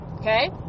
okay